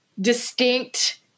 distinct